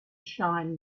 shine